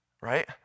right